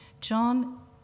John